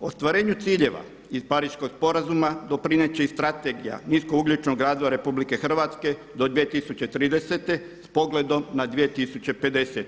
Ostvarenju ciljeva iz Pariškog sporazuma doprinijet će i Strategija nisko ugljičnog razvoja RH do 2030. s pogledom na 2050.